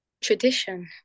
Tradition